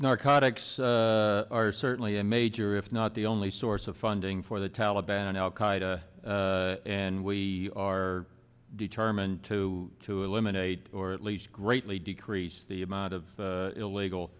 narcotics are certainly a major if not the only source of funding for the taliban al qaeda and we are determined to to eliminate or at least greatly decrease the amount of illegal